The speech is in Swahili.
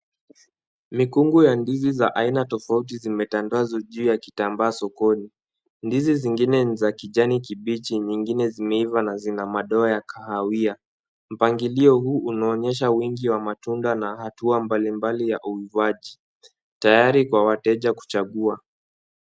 Mikungu ya ndizi za aina tafauti zimetandazwa juu ya kitambaa sokoni. Ndizi zingine ni za kijani kibichi nyingine zimeiva na zina madoa ya kahawia. Mpangilio huu unaonyesha wingi wa matunda na hatua mbali mbali ya uuzwaji tayari kwa wateja kuchagua.